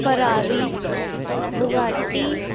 Ferrari Bugatti